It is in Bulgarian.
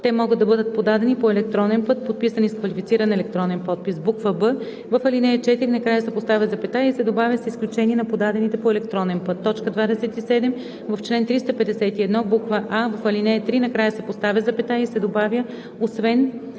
„Те могат да бъдат подадени по електронен път, подписани с квалифициран електронен подпис.“; б) в ал. 4 накрая се поставя запетая и се добавя „с изключение на подадените по електронен път.“ 27. В чл. 351: а) в ал. 3 накрая се поставя запетая и се добавя „освен